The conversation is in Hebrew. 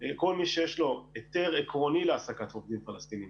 כל מי שיש לו היתר עקרוני להעסקת עובדים פלסטינים